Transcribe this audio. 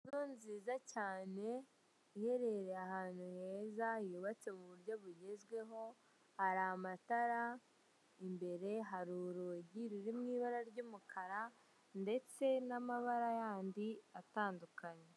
Inzu nziza cyane iherereye ahantu heza yubatse mu buryo bugezweho, hari amatara imbere, hari urugi ruri mu ibara ry'umukara, ndetse n'amabara yandi atandukanye.